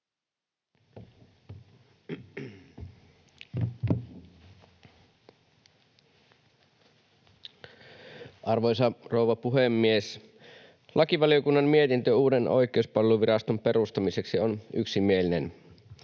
Arvoisa rouva puhemies! Lakivaliokunnan mietintö uuden Oikeuspalveluviraston perustamiseksi on yksimielinen.